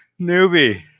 newbie